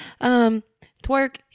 twerk